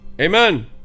amen